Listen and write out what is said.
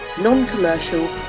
non-commercial